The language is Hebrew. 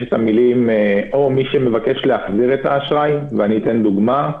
יש את המילים "או מי שמבקש להחזיר את האשראי" ואני אתן דוגמה.